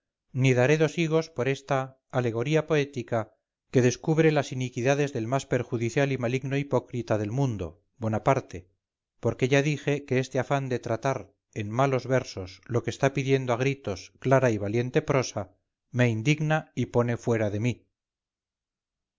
ni daré dos higos por esta alegoría poética que descubre las iniquidades del más perjudicial y maligno hipócrita del mundo bonaparte porque ya dije que este afán de tratar en malos versos lo que está pidiendo a gritos clara y valiente prosa me indigna y pone fuera de mí